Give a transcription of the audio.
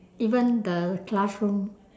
even the classroom